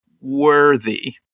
Worthy